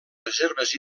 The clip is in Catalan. reserves